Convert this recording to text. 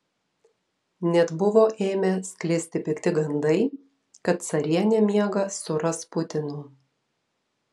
net buvo ėmę sklisti pikti gandai kad carienė miega su rasputinu